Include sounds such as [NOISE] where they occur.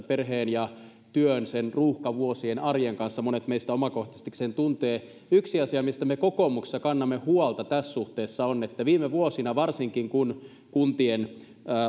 [UNINTELLIGIBLE] perheen ja työn yhteensovittamista ruuhkavuosien arjen kanssa monet meistä omakohtaisestikin sen tuntevat yksi asia mistä me kokoomuksessa kannamme huolta tässä suhteessa on että viime vuosina varsinkin kun kuntien